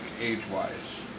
age-wise